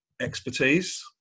expertise